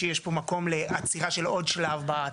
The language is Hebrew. כי אם לצורך העניין יש ארבע קומות והקבלן מוסיף עוד כמה קומות,